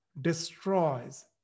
destroys